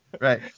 right